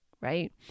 right